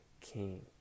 King